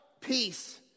Peace